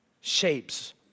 shapes